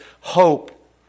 hope